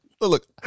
look